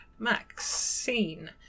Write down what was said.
Maxine